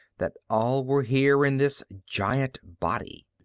that all were here in this giant body.